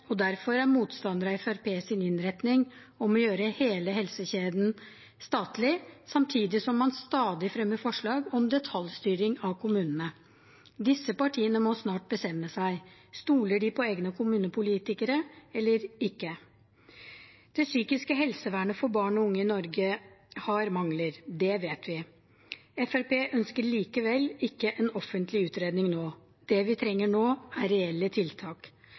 og derfor er motstander av Fremskrittspartiets innretning om å gjøre hele helsekjeden statlig, samtidig som man stadig fremmer forslag om detaljstyring av kommunene. Disse partiene må snart bestemme seg: Stoler de på egne kommunepolitikere eller ikke? Det psykiske helsevernet for barn og unge i Norge har mangler, det vet vi. Fremskrittspartiet ønsker likevel ikke en offentlig utredning nå. Det vi trenger nå, er reelle tiltak.